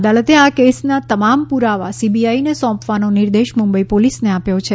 અદાલતે આ કેસના તમામ પુરાવા સીબીઆઈને સોંપવાનો નિર્દેશ મુંબઈ પોલીસને આપ્યો છે